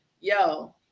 Yo